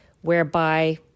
whereby